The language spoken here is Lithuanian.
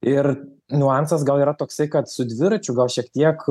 ir niuansas gal yra toksai kad su dviračiu gal šiek tiek